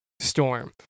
Storm